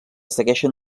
segueixen